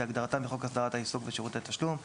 כהגדרתם בחוק הסדרת העיסוק בשירותי תשלום.